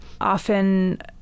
Often